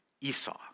Esau